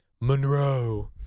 Monroe